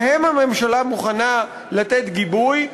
להם הממשלה מוכנה לתת גיבוי,